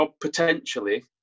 potentially